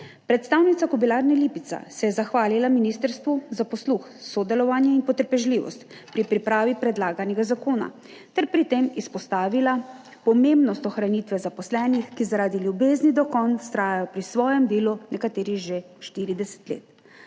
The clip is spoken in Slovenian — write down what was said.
Predstavnica Kobilarne Lipica se je zahvalila ministrstvu za posluh, sodelovanje in potrpežljivost pri pripravi predlaganega zakona ter pri tem izpostavila pomembnost ohranitve zaposlenih, ki zaradi ljubezni do konj vztrajajo pri svojem delu, nekateri že 40 let.